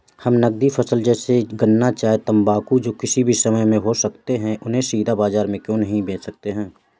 हम नगदी फसल जैसे गन्ना चाय तंबाकू जो किसी भी समय में हो सकते हैं उन्हें सीधा बाजार में क्यो नहीं बेच सकते हैं?